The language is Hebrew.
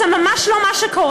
זה ממש לא מה שקורה,